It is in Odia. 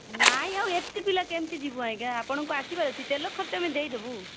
ନାଇଁ ଆଉ ଏତେ ପିଲା କେମିତି ଯିବୁ ଆଜ୍ଞା ଆପଣଙ୍କୁ ଆସିବାର ଅଛି ତେଲ ଖର୍ଚ୍ଚ ଆମେ ଦେଇ ଦେବୁ